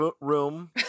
room